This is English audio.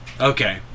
okay